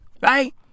Right